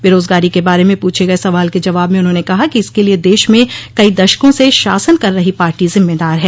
बेरोजगारी के बारे में पूछे गये सवाल के जवाब में उन्हाने कहा कि इसके लिए देश में कई दशकों से शासन कर रही पार्टी जिम्मेदार है